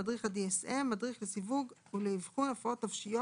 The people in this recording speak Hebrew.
״מדריך ה-DSM״ - המדריך לסיווג ולאבחון הפרעות נפשיות